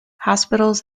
hospitals